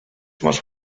masz